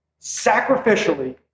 sacrificially